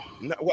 no